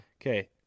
Okay